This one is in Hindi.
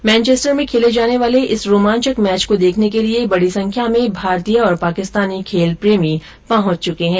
मैनचेस्टर में खेले जाने वाले इस रोमांचक मैच को देखने के लिये बडी संख्या में भारतीय और पाकिस्तानी खेल प्रेमी पहुंच चुके है